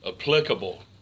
applicable